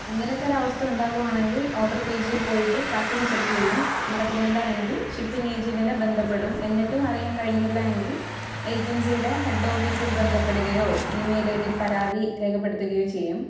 ഇങ്ങനത്തെ ഒരവസ്ഥ ഉണ്ടാകുകയാണെങ്കിൽ ഓഡർ പേജിൽ പോയിട്ട് ട്രാക്കിങ് ചെക്കു ചെയ്യും നടക്കുന്നില്ല എങ്കിൽ ഷിപ്പിങ് ഏജൻറ്റിനെ ബന്ധപ്പെടും എന്നിട്ടും അറിയാൻ കഴിഞ്ഞില്ലാ എങ്കിൽ ഏജൻസിയുടെ ഹെഡ് ഓഫീസിൽ ബന്ധപ്പെടുകയോ ഈമെയിൽ ഐ ഡിയിൽ പരാതി രേഖപ്പെടുത്തുകയോ ചെയ്യും